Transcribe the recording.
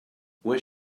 where